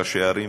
ראשי הערים,